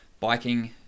biking